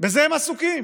בזה הם עסוקים.